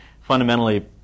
Fundamentally